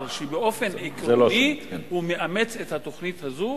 שבאופן עקרוני הוא מאמץ את התוכנית הזו,